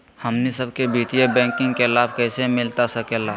हमनी सबके वित्तीय बैंकिंग के लाभ कैसे मिलता सके ला?